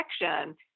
protection